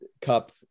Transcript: cup